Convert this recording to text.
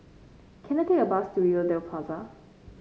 can I take a bus to Rivervale Plaza